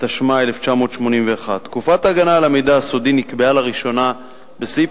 התשמ"א 1981. תקופת ההגנה על המידע הסודי נקבעה לראשונה בסעיף